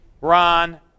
Ron